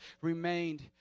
remained